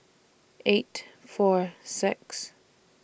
eight four six